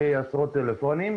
אחרי עשרות טלפונים,